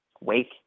Wake